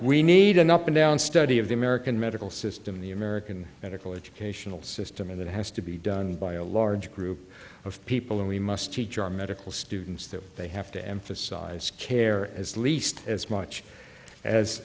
we need an up and down study of the american medical system the american medical education system and it has to be done by a large group of people and we must teach our medical students that they have to emphasize care as least as much as